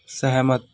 ਸਹਿਮਤ